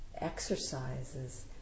exercises